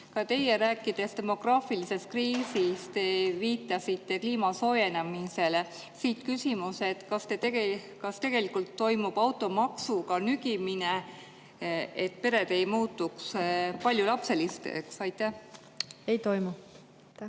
Ka teie, rääkides demograafilisest kriisist, viitasite kliima soojenemisele. Siit küsimus: kas tegelikult toimub automaksuga nügimine, et pered ei muutuks paljulapseliseks? Aitäh! Lugupeetud